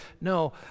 No